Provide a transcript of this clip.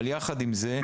אבל יחד עם זאת,